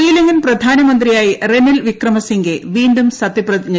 ശ്രീലങ്കൻ പ്രധാനമന്ത്രിയായി റെനിൽ വിക്രമസിംഗെ വീണ്ടും സത്യപ്രതിഞ്ജ ചെയ്തു